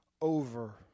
over